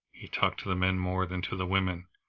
he talked to the men more than to the women,